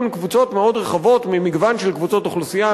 קבוצות מאוד רחבות ממגוון של קבוצות אוכלוסייה,